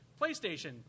PlayStation